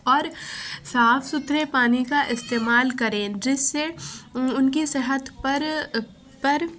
اور صاف ستھرے پانی کا استعمال کریں جس سے ان کی صحت پر پر